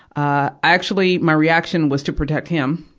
i actually, my reaction was to protect him.